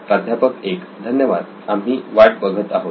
प्राध्यापक 1 धन्यवाद आम्ही वाट बघत आहोत